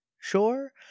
Sure